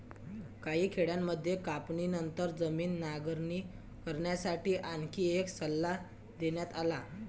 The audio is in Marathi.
काही खेड्यांमध्ये कापणीनंतर जमीन नांगरणी करण्यासाठी आणखी एक सल्ला देण्यात आला